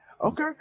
okay